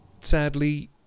sadly